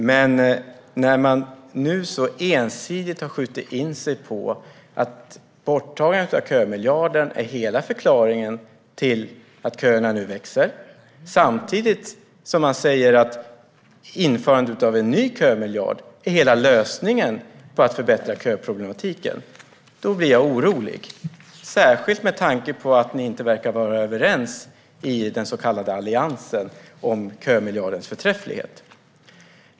Men det oroar mig att man nu så ensidigt har skjutit in sig på att borttagandet av kömiljarden är hela förklaringen till att köerna växer, samtidigt som man säger att införandet av en ny kömiljard är hela lösningen på köproblematiken, särskilt med tanke på att man inom den så kallade Alliansen inte verkar vara överens om kömiljardens förträfflighet.